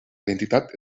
identitat